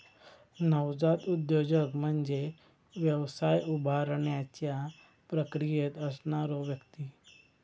नवजात उद्योजक म्हणजे व्यवसाय उभारण्याच्या प्रक्रियेत असणारो व्यक्ती